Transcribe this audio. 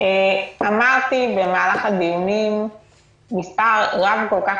אמרתי במהלך הדיונים מספר רב כל כך